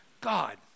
God